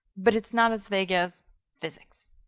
but it's not as vague as physics.